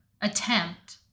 attempt